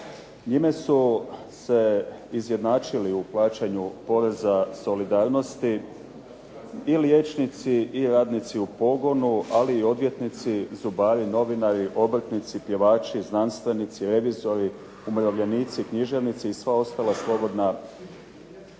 Njime su se izjednačili u plaćanju poreza solidarnosti i liječnici i radnici u pogonu, ali i odvjetnici, zubari, novinari, obrtnici, pjevači, znanstvenici, revizori, umirovljenici, književnici i sva ostala slobodna zanimanja